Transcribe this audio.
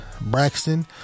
Braxton